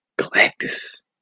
galactus